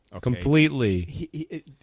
completely